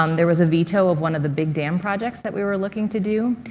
um there was a veto of one of the big dam projects that we were looking to do,